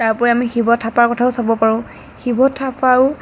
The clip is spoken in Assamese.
তাৰ উপৰি আমি শিৱ থাপাৰ কথাও চাব পাৰোঁ শিৱ থাপাও